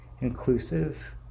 inclusive